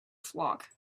flock